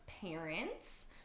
parents